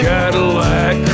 Cadillac